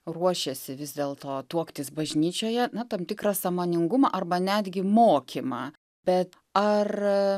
ruošiasi vis dėl to tuoktis bažnyčioje na tam tikrą sąmoningumą arba netgi mokymą bet ar